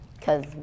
cause